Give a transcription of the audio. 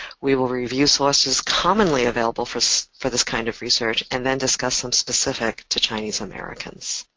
we will review sources commonly available for for this kind of research, and then discuss some specific to chinese-americans.